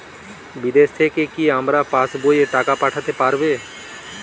বিদেশ থেকে কি আমার পাশবইয়ে টাকা পাঠাতে পারবে?